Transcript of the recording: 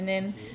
okay